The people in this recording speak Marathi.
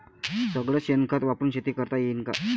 सगळं शेन खत वापरुन शेती करता येईन का?